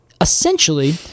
essentially